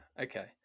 okay